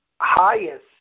highest